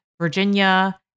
Virginia